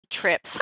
Trips